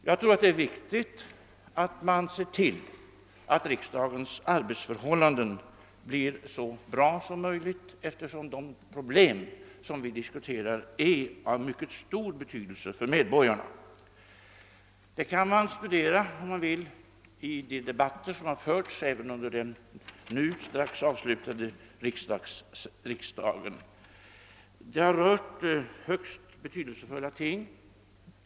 Jag tror det är viktigt att se till att riksdagens arbetsförhållanden blir så bra som möjligt, eftersom de problem som vi diskuterar är av stor betydelse för medborgarna. Det kan man studera genom att läsa referaten av de debatter som har förts även under den nu strax avslutade riksdagen. De har rört högst betydelsefulla ting.